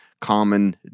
common